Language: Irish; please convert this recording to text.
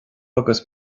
agus